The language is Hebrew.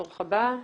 ברוך הבא.